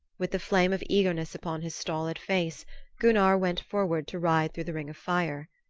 with the flame of eagerness upon his stolid face gunnar went forward to ride through the ring of fire.